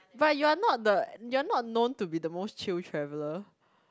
but you are not the you are not known to be the most chill traveller